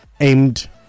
aimed